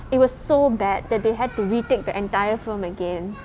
it was so bad that they had to retake the entire film again